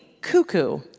Cuckoo